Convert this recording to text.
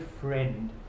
friend